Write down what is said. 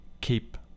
keep